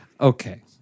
Okay